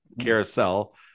carousel